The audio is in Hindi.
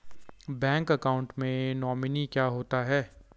बैंक अकाउंट में नोमिनी क्या होता है?